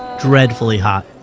dreadfully hot,